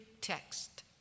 text